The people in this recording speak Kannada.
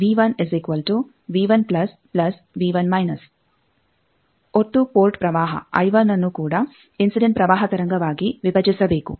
ಆದ್ದರಿಂದ ಒಟ್ಟು ಪೋರ್ಟ್ ಪ್ರವಾಹ I1 ಅನ್ನು ಕೂಡ ಇನ್ಸಿಡೆಂಟ್ ಪ್ರವಾಹ ತರಂಗವಾಗಿ ವಿಭಜಿಸಬೇಕು